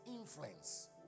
influence